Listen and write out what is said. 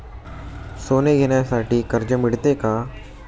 सोने घेण्यासाठी कर्ज मिळते का?